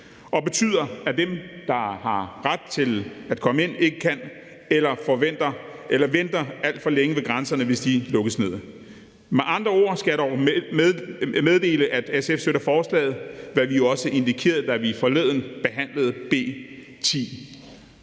og betyder, at dem, der har ret til at komme ind, ikke kan, eller at de venter alt for længe ved grænserne, hvis de lukkes ned. Med andre ord skal jeg meddele, at SF støtter forslaget, hvad vi jo også indikerede, da vi forleden behandlede B 10.